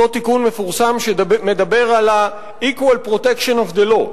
אותו תיקון מפורסם שמדבר על ה-equal protection of the law.